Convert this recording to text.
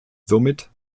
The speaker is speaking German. somit